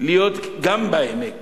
להיות גם בעמק